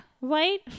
right